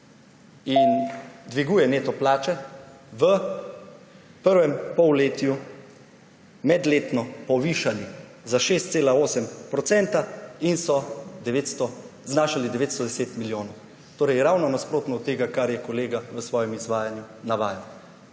in dviguje neto plače v prvem polletju, medletno povišali za 6,8 % in so znašali 910 milijonov. Torej ravno nasprotno od tega, kar je kolega v svojem izvajanju navajal.